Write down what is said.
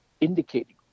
indicating